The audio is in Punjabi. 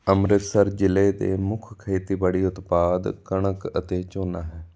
ਅੰਮ੍ਰਿਤਸਰ ਜ਼ਿਲ੍ਹੇ ਦੇ ਮੁੱਖ ਖੇਤੀਬਾੜੀ ਉਤਪਾਦ ਕਣਕ ਅਤੇ ਝੋਨਾ ਹੈ